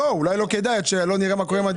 אולי לא כדאי שנאשר עד שלא נראה מה עם הדירקטורים.